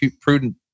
prudent